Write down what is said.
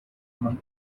among